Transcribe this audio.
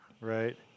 Right